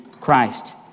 Christ